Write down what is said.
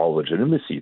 legitimacy